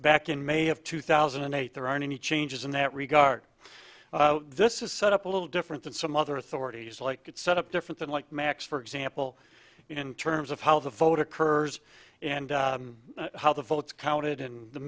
back in may of two thousand and eight there aren't any changes in that regard this is set up a little different than some other authorities like it set up different than like max for example in terms of how the vote occurs and how the votes counted in the